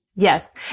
Yes